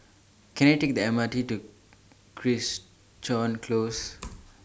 Can I Take The M R T to Crichton Close